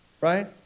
right